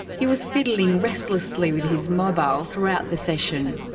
he was fiddling restlessly with his mobile throughout the session.